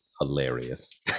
Hilarious